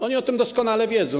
Oni o tym doskonale wiedzą.